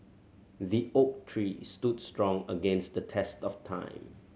the oak tree stood strong against the test of time